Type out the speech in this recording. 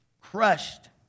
crushed